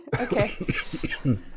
Okay